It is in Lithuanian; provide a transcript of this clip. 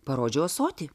parodžiau ąsotį